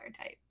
type